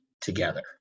together